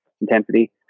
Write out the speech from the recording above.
intensity